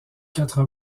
quatre